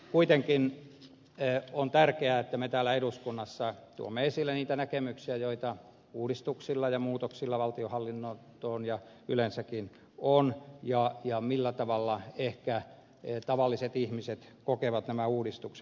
kuitenkin on tärkeää että me täällä eduskunnassa tuomme esille niitä näkemyksiä joita uudistuksilla ja muutoksilla valtionhallintoon ja yleensäkin on ja sitä millä tavalla ehkä tavalliset ihmiset kokevat nämä uudistukset